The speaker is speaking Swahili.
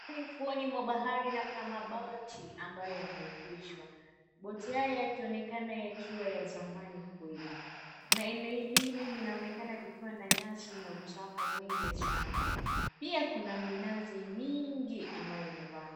Huu ni ufuoni mwa bahari na kuna maboti ambayo yanaegeshwa. Boti haya yakionekana yakiwa ya zamani kweli na eneo hili linaonekana likiwa na nyasi na uchafu sana. Pia kuna minazi mingi ambayo imepandwa.